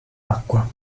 acqua